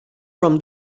from